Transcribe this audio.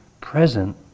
present